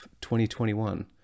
2021